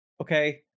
okay